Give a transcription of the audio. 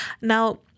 Now